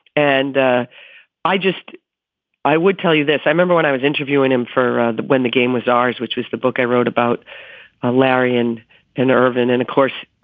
and i just i would tell you this i remember when i was interviewing him for when the game was ours, which was the book i wrote about ah larry and and irvin. and of course,